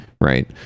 right